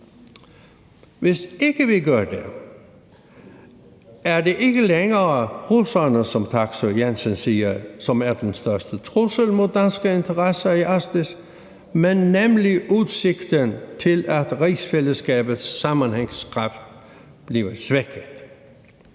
Hvis ikke vi gør det, er det ifølge Taksøe-Jensen ikke længere russerne, som er den største trussel mod danske interesser i Arktis, men udsigten til, at rigsfællesskabets sammenhængskraft bliver svækket.